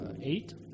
eight